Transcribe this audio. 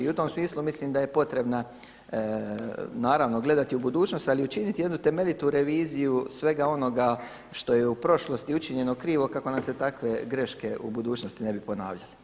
I u tom smislu mislim da je potrebna naravno gledati u budućnost, ali učiniti jednu temeljitu reviziju svega onoga što je u prošlosti učinjeno krivo kako nam se takve greške u budućnosti ne bi ponavljale.